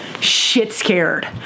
shit-scared